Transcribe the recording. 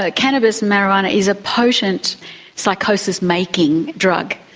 ah cannabis, marijuana, is a potent psychosis making drug.